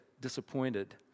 disappointed